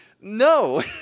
No